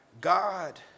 God